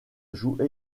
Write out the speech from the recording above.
joue